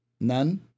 none